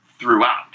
throughout